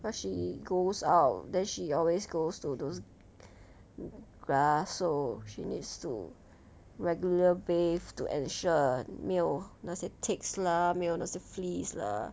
cause she goes out then she always goes to those grass so she needs to regular bath to ensure 没有那些 ticks lah 没有那些 fleas lah